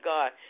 God